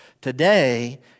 Today